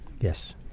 Yes